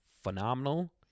phenomenal